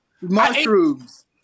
mushrooms